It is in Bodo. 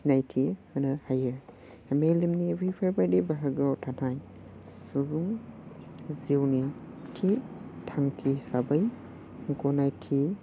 सिनायथि होनो हायो मेलेमनि बैफोरबादि बाहागोयाव थानाय सुबुं जिउनि थि थांखि हिसाबै गनायथि